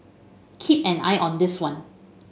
keep an eye on this one